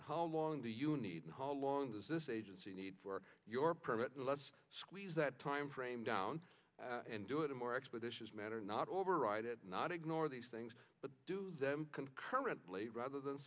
and how long do you need and how long does this agency need for your permit and let's squeeze that time frame down and do it in more expeditious manner not override it not ignore these things but concurrently rather than